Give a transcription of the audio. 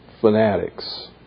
fanatics